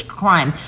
crime